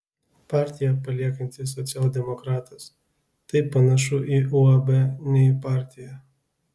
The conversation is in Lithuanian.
partiją paliekantis socialdemokratas tai panašu į uab ne į partiją